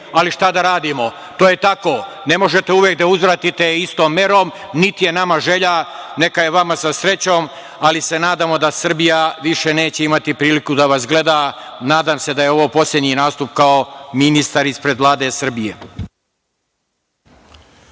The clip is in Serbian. ali šta da radimo, to je tako. Ne možete uvek da uzvratite istom merom, niti je nama želja. Neka je vama sa srećom, ali se nadamo da Srbija više neće imati priliku da vas gleda. Nadam se da je ovo poslednji nastup kao ministar ispred Vlade Srbije.